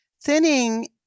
Thinning